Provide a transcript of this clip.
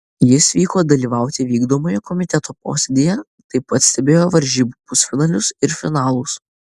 jis vyko dalyvauti vykdomojo komiteto posėdyje taip pat stebėjo varžybų pusfinalius ir finalus